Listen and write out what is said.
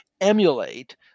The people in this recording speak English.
emulate